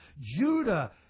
Judah